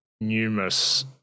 numerous